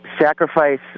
sacrifice